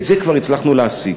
את זה כבר הצלחנו להשיג.